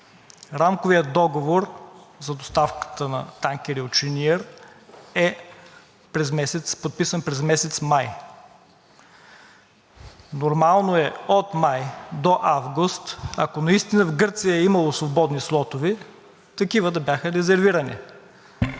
Рамковият договор за доставката на танкери от „Шениър“ е подписан през месец май. Нормално е от май до август, ако наистина в Гърция е имало свободни слотове, такива да бяха резервирани.